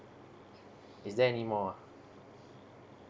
is there anymore